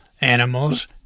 animals